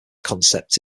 concept